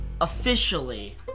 officially